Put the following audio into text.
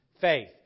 faith